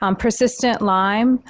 um persistent lyme.